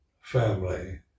family